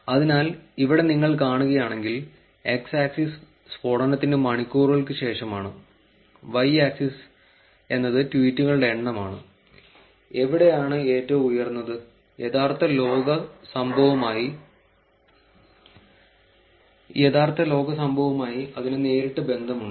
അതിനാൽ ഇവിടെ നിങ്ങൾ കാണുകയാണെങ്കിൽ എക്സ് ആക്സിസ് സ്ഫോടനത്തിന് മണിക്കൂറുകൾക്ക് ശേഷമാണ് വൈ ആക്സിസ് എന്നത് ട്വീറ്റുകളുടെ എണ്ണമാണ് എവിടെയാണ് ഏറ്റവും ഉയർന്നത് യഥാർത്ഥ ലോക സംഭവവുമായി അതിനു നേരിട്ട് ബന്ധമുണ്ട്